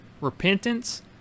repentance